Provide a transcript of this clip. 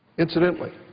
incidentally,